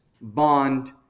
bond